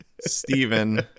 Stephen